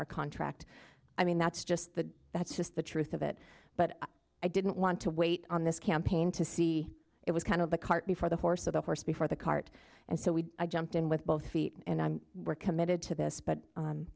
our contract i mean that's just the that's just the truth of it but i didn't want to wait on this campaign to see it was kind of the cart before the horse of the horse before the cart and so we jumped in with both feet and i'm we're committed to this but